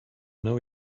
know